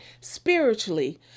spiritually